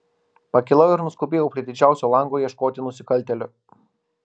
pakilau ir nuskubėjau prie didžiausio lango ieškoti nusikaltėlio